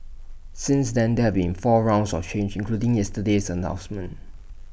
since then there have been four rounds of changes including yesterday's announcements